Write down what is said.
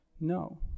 no